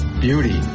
beauty